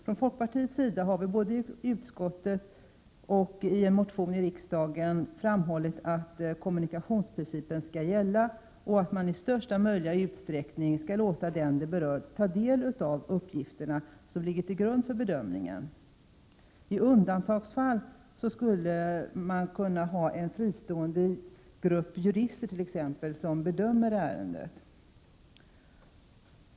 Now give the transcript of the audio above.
Från folkpartiets sida har vi både i utskottet och i en motion i riksdagen framhållit att kommunikationsprincipen skall gälla och att man i största möjliga utsträckning skall låta den det berör ta del av uppgifterna som ligger till grund för bedömningen. I undantagsfall skulle t.ex. en fristående grupp jurister kunna bedöma ärendet.